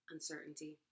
Uncertainty